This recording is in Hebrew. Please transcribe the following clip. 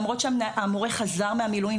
למרות שהמורה חזר ממילואים.